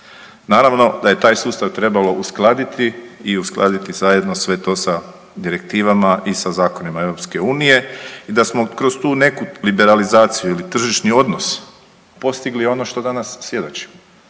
Naravno da je taj sustav trebalo uskladiti i uskladiti zajedno sve to sa direktivama i sa zakonima EU i da smo kroz tu neku liberalizaciju ili tržišni odnos postigli ono što danas svjedočimo,